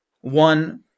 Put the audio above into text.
one